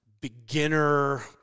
beginner